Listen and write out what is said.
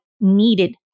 needed